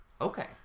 Okay